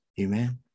Amen